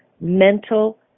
mental